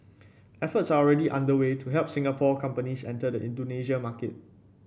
efforts are already underway to help Singapore companies enter the Indonesia market